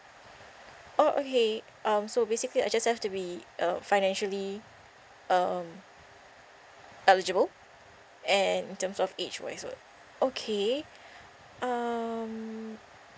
oh okay um so basically I just have to be uh financially um eligible and in terms of age wise so okay um